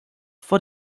vor